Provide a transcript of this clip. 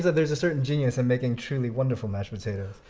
there's a certain genius in making truly wonderful mashed potatoes.